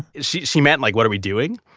she she meant like what are we doing.